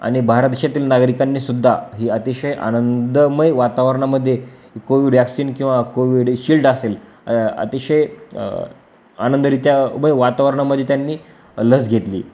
आणि भारत देशातील नागरिकांनी सुद्धा ही अतिशय आनंदमय वातावरणामध्ये कोविड वॅक्सिन किंवा कोविडशिल्ड असेल अतिशय आनंदरित्यामय वातावरणामध्ये त्यांनी लस घेतली